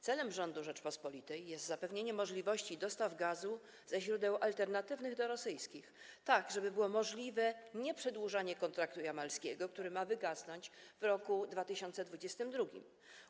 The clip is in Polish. Celem rządu Rzeczypospolitej jest zapewnienie możliwości dostaw gazu ze źródeł alternatywnych do rosyjskich, tak żeby było możliwe nieprzedłużanie kontraktu jamalskiego, który ma wygasnąć w roku 2022.